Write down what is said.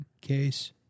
Case